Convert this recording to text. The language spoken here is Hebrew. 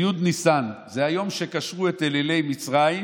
וזה י' ניסן, זה היום שקשרו את אלילי מצרים.